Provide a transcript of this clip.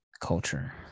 Culture